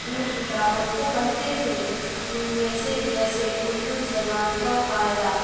ان کتابوں کو پڑھتے تھے ان میں سے جیسے اردو زبان کا قاعدہ